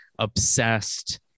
obsessed